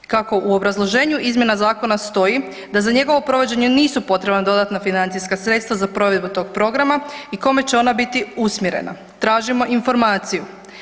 Kako u obrazloženju izmjena zakona stoji da za njegovo provođenje nisu potrebna dodatna financijska sredstva za provedbu tog programa i kome će ona biti usmjerena, tražimo informaciju.